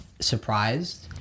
surprised